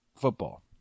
football